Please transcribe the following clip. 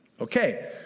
Okay